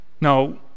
Now